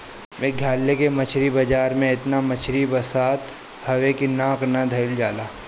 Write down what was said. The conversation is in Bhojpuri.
मेघालय के मछरी बाजार में एतना मछरी बसात हवे की नाक ना धइल जाला